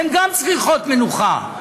גם הן צריכות מנוחה.